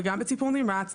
וגם בטיפול נמרץ,